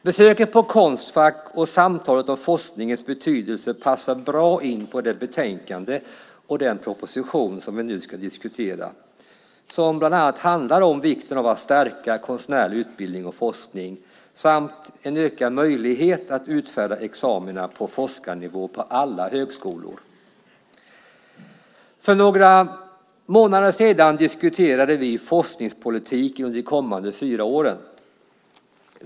Besöket på Konstfack och samtalet om forskningens betydelse passar bra in på det betänkande och den proposition som vi nu ska diskutera som bland annat handlar om vikten av att stärka konstnärlig utbildning och forskning samt en ökad möjlighet att utfärda examina på forskarnivå på alla högskolor. För några månader sedan diskuterade vi forskningspolitiken under de kommande fyra åren.